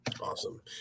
Awesome